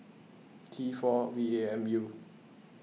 T four V A M U